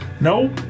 Nope